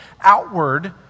outward